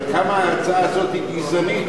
על כמה ההצעה הזו היא גזענית,